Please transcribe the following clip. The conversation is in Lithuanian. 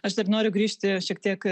aš dar noriu grįžti šiek tiek